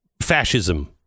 fascism